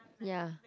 ya